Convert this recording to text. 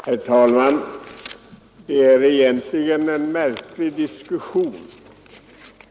Herr talman! Det är egentligen en märklig diskussion.